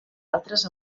altres